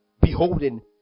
beholding